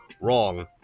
Wrong